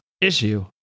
issue